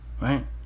right